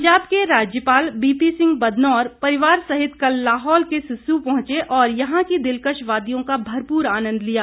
पंजाब के राज्यपाल बीपीसिंह बदनौर परिवार सहित कल लाहौल के सिस्स पहंचे और यहां की दिलकश वादियों का भरपुर आन्नंद लिया